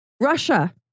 Russia